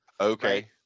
Okay